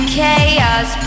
chaos